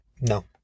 No